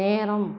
நேரம்